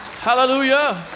Hallelujah